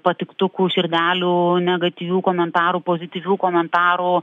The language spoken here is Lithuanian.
patiktukų širdelių negatyvių komentarų pozityvių komentarų